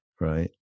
Right